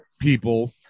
people